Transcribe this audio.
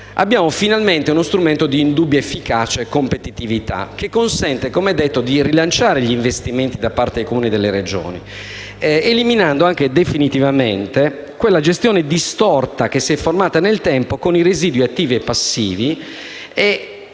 abbiamo finalmente uno strumento di indubbia efficacia e competitività che consente di rilanciare gli investimenti da parte dei Comuni e delle Regioni, eliminando definitivamente quella gestione distorta che si è formata nel tempo con i residui attivi e passivi che